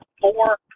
four